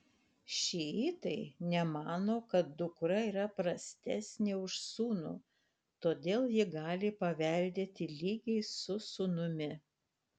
šiitai nemano kad dukra yra prastesnė už sūnų todėl ji gali paveldėti lygiai su sūnumi